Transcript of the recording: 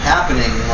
happening